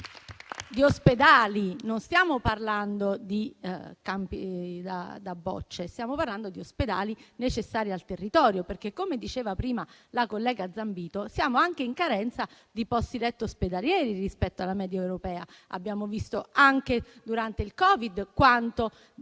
E non stiamo parlando di campi da bocce; stiamo parlando di ospedali necessari al territorio, perché - come diceva prima la collega Zambito - siamo anche in carenza di posti letto ospedalieri rispetto alla media europea. Abbiamo visto, durante il Covid, quanto